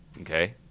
Okay